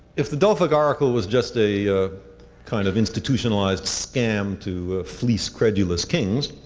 if the delphi oracle was just a kind of institutionalized scam to fleece credulous kings,